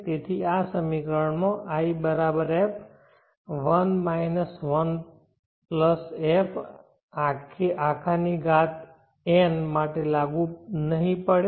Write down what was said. તેથી આ સમીકરણif 1 1f આખી ની ઘાત n માટે લાગુ નહિ પડે